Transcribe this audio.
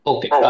Okay